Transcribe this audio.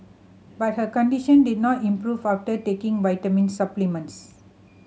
but her condition did not improve after taking vitamin supplements